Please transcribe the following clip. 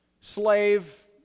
slave